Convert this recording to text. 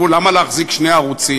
אמרו: למה להחזיק שני ערוצים?